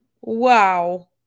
Wow